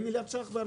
40 מיליארד שקל.